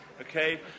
okay